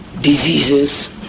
diseases